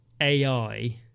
AI